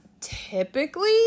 typically